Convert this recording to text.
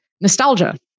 nostalgia